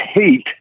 hate